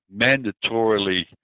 mandatorily